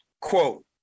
Quote